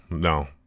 No